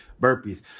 burpees